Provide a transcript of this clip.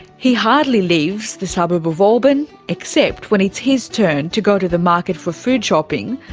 he hardly leaves the suburb of auburn, except when it's his turn to go to the market for food shopping,